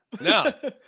No